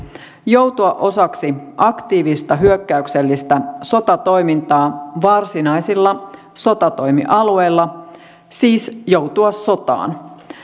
joutua osaksi aktiivista hyökkäyksellistä sotatoimintaa varsinaisilla sotatoimialueilla siis joutua sotaan